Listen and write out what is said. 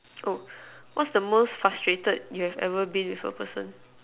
oh what's the most frustrated you have ever been with a person